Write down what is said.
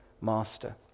master